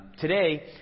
today